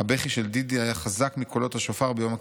הבכי של דידי היה חזק מקולות השופר ביום הכיפורים.